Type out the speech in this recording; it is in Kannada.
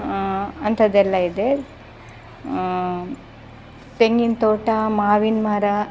ಅಂಥದ್ದೆಲ್ಲ ಇದೆ ತೆಂಗಿನ ತೋಟ ಮಾವಿನ ಮರ